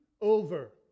over